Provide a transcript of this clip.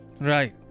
Right